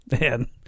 man